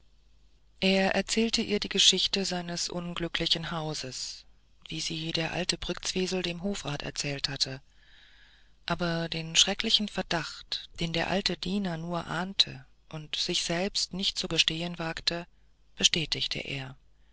er erzählte ihr die geschichte seines unglücklichen hauses wie sie der alte brktzwisl dem hofrat erzählt hatte aber den schrecklichen verdacht den der alte diener nur ahnte und sich selbst nicht zu gestehen wagte bestätigte er